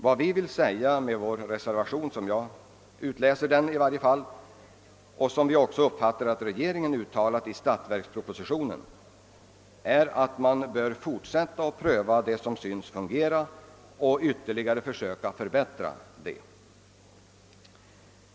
Vad vi vill säga med vår reservation — vilket vi också uppfattat att regeringen uttalat i statsverkspropositionen — är att man bör fortsätta att pröva vad som synes fungera bra och försöka att ytterligare förbättra detta.